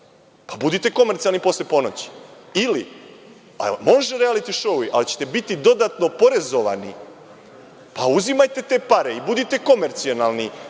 Budite komercijalni posle ponoći. Ili, može rijaliti šou programi, ali ćete biti dodatno oporezovani, pa uzimajte te pare i budite komercijalni